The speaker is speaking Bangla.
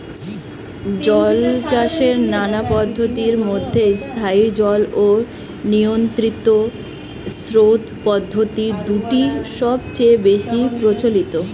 জলচাষের নানা পদ্ধতির মধ্যে স্থায়ী জল ও নিয়ন্ত্রিত স্রোত পদ্ধতি দুটি সবচেয়ে বেশি প্রচলিত